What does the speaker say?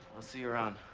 i'll see you around.